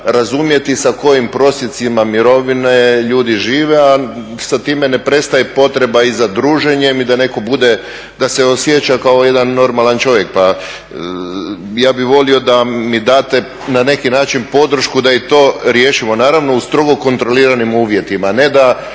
razumjeti sa kojim prosjecima mirovine ljudi žive, a sa time ne prestaje potreba i za druženjem i da se neko osjeća kao normalan čovjek. Pa ja bih volio da mi date na neki način podršku da i to riješimo naravno u strogo kontroliranim uvjetima, ne da